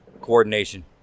Coordination